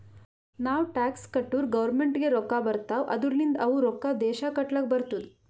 ನಾವ್ ಟ್ಯಾಕ್ಸ್ ಕಟ್ಟುರ್ ಗೌರ್ಮೆಂಟ್ಗ್ ರೊಕ್ಕಾ ಬರ್ತಾವ್ ಅದೂರ್ಲಿಂದ್ ಅವು ರೊಕ್ಕಾ ದೇಶ ಕಟ್ಲಕ್ ಬರ್ತುದ್